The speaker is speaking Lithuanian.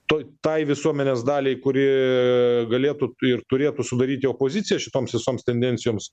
tu tai visuomenės daliai kuri galėtų t ir turėtų sudaryti opoziciją šitoms visoms tendencijoms